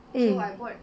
mm